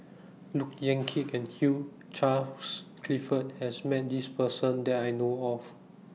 Look Yan Kit and Hugh Charles Clifford has Met This Person that I know of